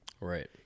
Right